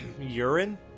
Urine